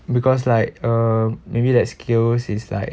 because like uh maybe that skills is like